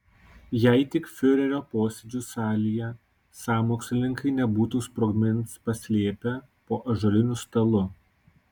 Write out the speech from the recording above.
jei tik fiurerio posėdžių salėje sąmokslininkai nebūtų sprogmens paslėpę po ąžuoliniu stalu